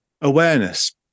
Awareness